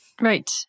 Right